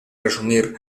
resumir